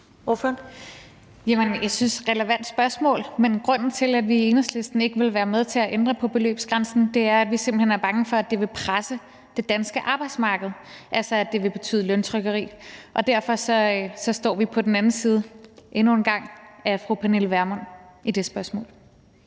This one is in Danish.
Jeg synes, det er et relevant spørgsmål, men grunden til, at vi i Enhedslisten ikke vil være med til at ændre beløbsgrænsen, er, at vi simpelt hen er bange for, at det vil presse det danske arbejdsmarked; at det altså vil betyde løntrykkeri. Derfor står vi i det spørgsmål endnu en gang på den anden side